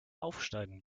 aufschneiden